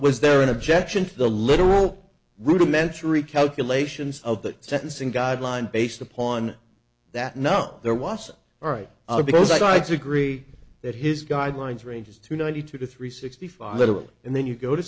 was there an objection to the little rudimentary calculations of that sentencing guideline based upon that no there was all right because i disagree that his guidelines ranges to ninety two to three sixty five literally and then you go to